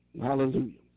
Hallelujah